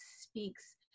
speaks